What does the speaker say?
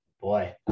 Boy